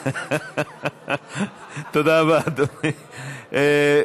תודה רבה, אדוני.